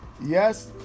Yes